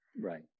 right